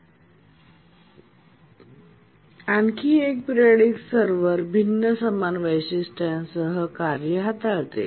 आणि आणखी एकपिरियॉडिक सर्व्हर भिन्न समान वैशिष्ट्यांसह कार्ये हाताळते